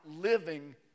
living